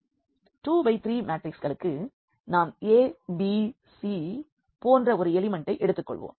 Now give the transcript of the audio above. எனவே 2 பை 3 மேட்ரிக்ஸ்களுக்கு நாம் a b c போன்ற ஒரு எலிமெண்ட்டை எடுத்துக்கொள்வோம்